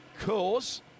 cause